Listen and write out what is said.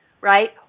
right